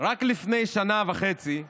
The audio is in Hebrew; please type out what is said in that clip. רק לפני שנה וחצי להיום,